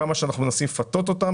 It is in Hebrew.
כמה שאנחנו מנסים לפתות אותם,